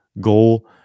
goal